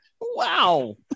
wow